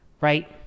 right